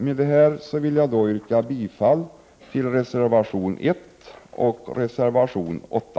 Med detta vill jag yrka bifall till reservationerna 1 och 8.